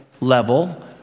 level